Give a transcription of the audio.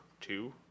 two